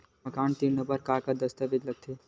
मकान ऋण बर का का दस्तावेज लगथे?